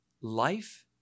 life